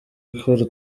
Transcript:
gutora